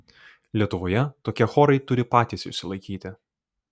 lietuvoje tokie chorai turi patys išsilaikyti